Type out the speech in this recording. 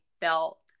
felt